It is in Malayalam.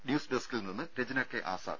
ന്യൂസ് ഡെസ്കിൽനിന്ന് രജ്ന കെ ആസാദ്